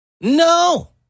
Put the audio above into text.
No